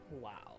Wow